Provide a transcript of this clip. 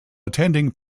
attending